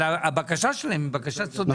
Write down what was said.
אבל הבקשה שלהם היא בקשה צודקת,